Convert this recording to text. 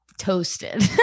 Toasted